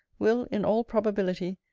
will, in all probability,